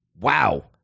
wow